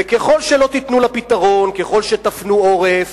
ככל שלא תיתנו לה פתרון, ככל שתפנו עורף